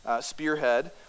spearhead